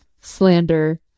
slander